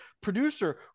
producer